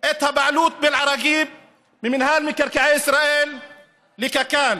את הבעלות באל-עראקיב ממינהל מקרקעי ישראל לקק"ל,